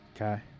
Okay